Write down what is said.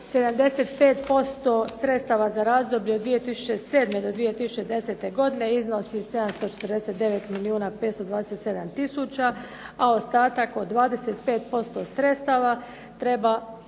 75% sredstava za razdoblje od 2007. do 2010. godine iznosi 749 milijuna 527 tisuća, a ostatak od 25% sredstava treba